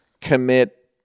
commit